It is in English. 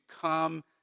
come